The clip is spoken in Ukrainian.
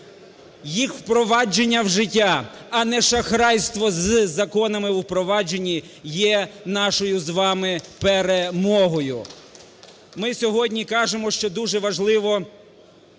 їх впровадження в життя, а не шахрайство з законами у впровадженні є нашою з вами перемогою.